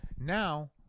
Now